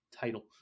title